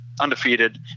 undefeated